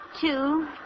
Two